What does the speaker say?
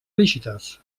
rígides